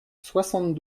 soixante